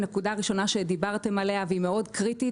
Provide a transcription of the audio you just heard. הנקודה הראשונה שדיברתם עליה והיא מאוד קריטית